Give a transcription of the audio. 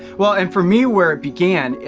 well and for me where it began, yeah